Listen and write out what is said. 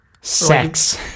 Sex